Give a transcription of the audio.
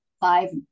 five